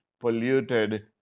polluted